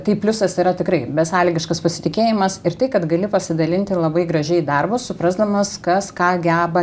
tai pliusas yra tikrai besąlygiškas pasitikėjimas ir tai kad gali pasidalinti labai gražiai darbus suprasdamas kas ką geba